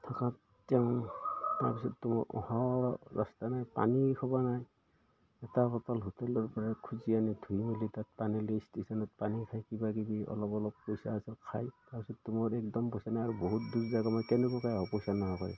থকাত তেওঁ তাৰপিছততো অহা ৰাস্তা নাই পানী খাব নাই এটা বটল হোটেলৰপৰা খুজি আনি ধুই মেলি তাত পানী লৈ ষ্টেচনত পানী খাই কিবাকিবি অলপ অলপ পইচা আছে খায় তাৰপিছততো মোৰ একদম পইচা নাই আৰু বহুত দূৰ জেগা মই কেনেকুৱাকৈ আহোঁ পইচা নোহোৱাকৈ